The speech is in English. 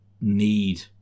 need